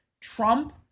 Trump